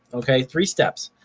okay, three steps.